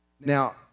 Now